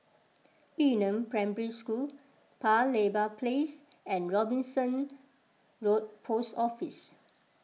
Yu Neng Primary School Paya Lebar Place and Robinson Road Post Office